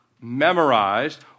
memorized